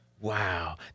Wow